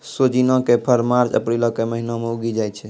सोजिना के फर मार्च अप्रीलो के महिना मे उगि जाय छै